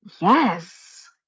yes